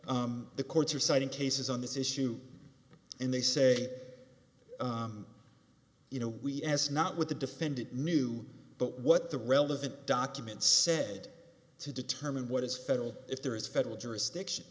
the courts are citing cases on this issue and they say you know we as not with the defendant knew but what the relevant documents said to determine what is federal if there is federal jurisdiction